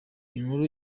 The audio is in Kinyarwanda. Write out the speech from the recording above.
inkuru